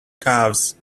calves